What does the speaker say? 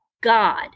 God